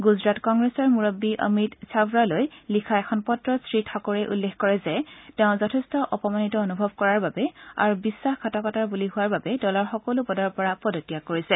গুজৰাট কংগ্ৰেছৰ মুৰববী অমিত চাৰৰালৈ লিখা এখন পত্ৰত শ্ৰীঠাকৰে উল্লেখ কৰে যে তেওঁ যথেষ্ঠ অপমানিত অনুভৱ কৰাৰ বাবে আৰু বিশ্বাসঘাটকতাৰ বলি হোৱা বাবে দলৰ সকলো পদৰ পৰা পদত্যাগ কৰিছে